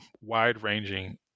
wide-ranging